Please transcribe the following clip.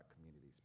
communities